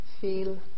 feel